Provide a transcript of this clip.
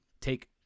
Take